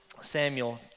Samuel